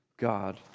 God